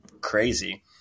crazy